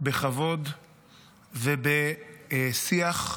בכבוד ובשיח.